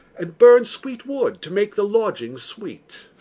and burn sweet wood to make the lodging sweet.